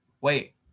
Wait